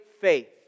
faith